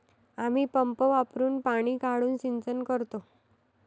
आम्ही पंप वापरुन पाणी काढून सिंचन करतो